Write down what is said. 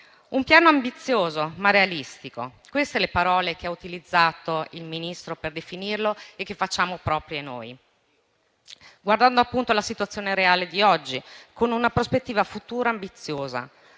documento ambizioso, ma realistico», queste le parole che ha utilizzato il Ministro per definirlo e che facciamo nostre, guardando alla situazione reale di oggi, con una prospettiva futura ambiziosa: